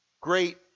Great